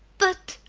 but,